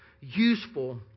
useful